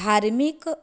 धार्मीक